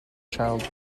child